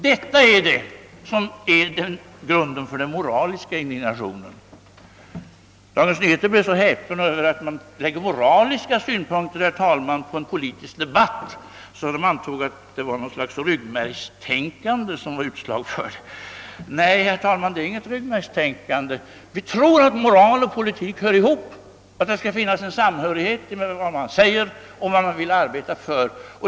Det är detta som är grunden för den moraliska indignationen från vår sida. Dagens Nyheter blev så häpen över att vi anlägger moraliska synpunkter på en politisk debatt, att tidningen antog att det var fråga om något slags ryggmärgstänkande. Nej, herr talman, det är inte fråga om något ryggmärgstänkande. Vi tror att moral och politik hör ihop, vi tror att det skall finnas en samhörighet mellan vad man säger och vad man vill arbeta för.